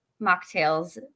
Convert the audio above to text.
mocktails